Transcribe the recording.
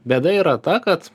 bėda yra ta kad